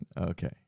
Okay